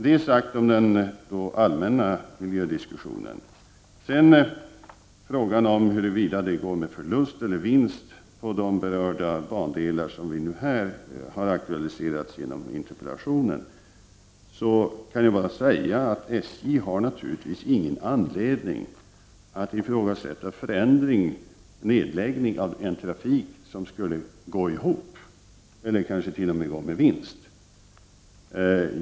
Detta gällde den allmänna miljödiskussionen. När det sedan gäller frågan om huruvida de bandelar som har aktualiserats genom interpellationen går med förlust eller vinst, kan jag bara säga att SJ naturligtvis inte har någon anledning att ifrågasätta förändring och nedläggning av en trafik som går ihop eller kanske t.o.m. går med vinst.